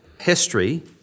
history